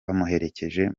bamuherekeje